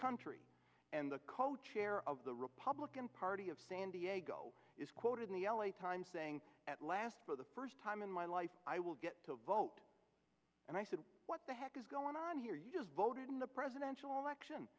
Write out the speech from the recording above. country and the co chair of the republican party of san diego is quoted in the l a times saying at last for the first time in my life i will get to vote and i said what the heck is going on here you just voted in the presidential election